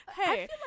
hey